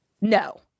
No